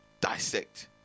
Dissect